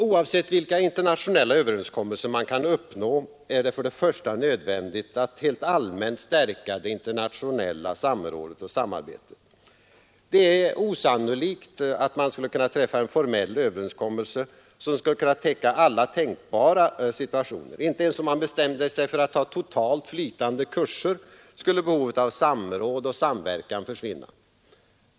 Oavsett vilka överenskommelser man kan uppnå är det för det första nödvändigt att allmänt stärka det internationella samrådet och samarbetet. Det är osannolikt att man skulle kunna träffa en formell överenskommelse som skulle kunna täcka alla tänkbara situationer. Inte ens om man bestämde sig för att ha totalt flytande kurser skulle behovet av samråd och samverkan försvinna.